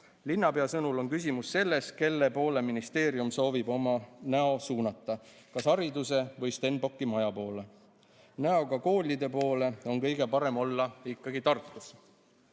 Linnapea sõnul on küsimus selles, kelle poole ministeerium soovib oma näo suunata: kas hariduse või Stenbocki maja poole. Näoga koolide poole on kõige parem olla ikkagi Tartus."